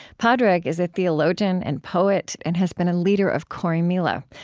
padraig is a theologian and poet, and has been a leader of corrymeela,